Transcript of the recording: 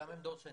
הם דור שני.